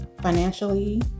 financially